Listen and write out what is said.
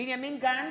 בנימין גנץ,